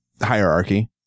hierarchy